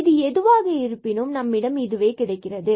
இது எதுவாக இருப்பினும் நம்மிடம் இதுவே கிடைக்கிறது